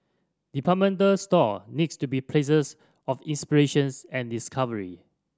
department store needs to be places of inspirations and discovery